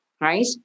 right